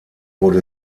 wurde